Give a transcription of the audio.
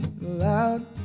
loud